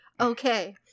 okay